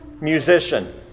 musician